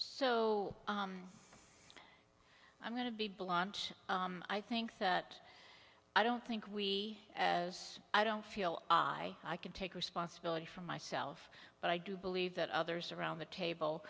so i'm going to be blunt i think that i don't think we as i don't feel i can take responsibility for myself but i do believe that others around the table